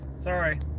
sorry